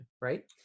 right